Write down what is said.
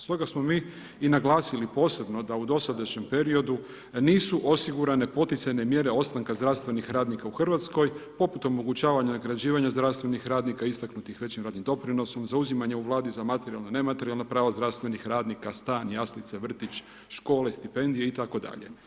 Stoga smo mi i naglasili posebno da u dosadašnjem periodu nisu osigurane poticajne mjere ostanka zdravstvenih radnika u Hrvatskoj poput omogućavanja nagrađivanja zdravstvenih radnika istaknutih većim radnim doprinosom, zauzimanja u Vladi za materijalna, nematerijalna prava zdravstvenih radnika, stan, jaslice, vrtić, škole, stipendije itd.